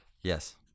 Yes